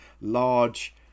large